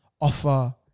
offer